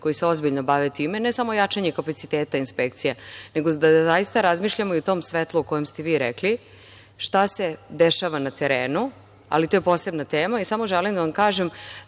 koji se ozbiljno bave time. Ne samo jačanje kapaciteta inspekcije, nego da zaista razmišljamo u tom svetlu u kojem ste vi rekli šta se dešava na terenu. To je posebna tema. Samo želim da vam kažem